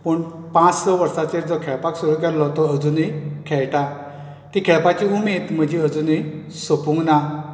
पूण पांच स वर्सांचेर जो खेळपाक सुरवात केल्ली तो अजुनूय खेळटां ती खेळपाची उमेद म्हजी अजुनूय सोपूंक ना